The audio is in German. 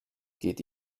geht